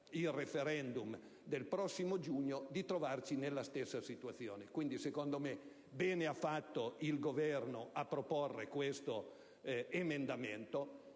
il *referendum* del prossimo giugno, rischieremmo di trovarci nella stessa situazione. Quindi, secondo me, bene ha fatto il Governo a proporre questo emendamento